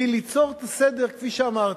היא ליצור את הסדר כפי שאמרתי.